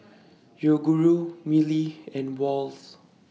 Yoguru Mili and Wall's